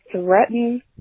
threaten